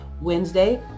Wednesday